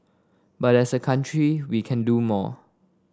but as a country we can do more